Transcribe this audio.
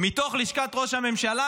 מתוך לשכת ראש הממשלה.